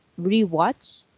rewatch